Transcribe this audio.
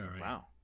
Wow